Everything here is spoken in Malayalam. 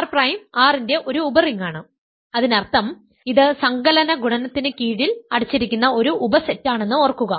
R പ്രൈം R ന്റെ ഒരു ഉപറിംഗാണ് അതിനർത്ഥം ഇത് സങ്കലന ഗുണനത്തിന് കീഴിൽ അടച്ചിരിക്കുന്ന ഒരു ഉപ സെറ്റാണെന്ന് ഓർക്കുക